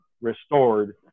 restored